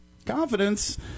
Confidence